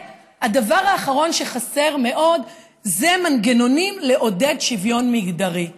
הדבר האחרון שחסר מאוד הוא מנגנונים לעודד שוויון מגדרי.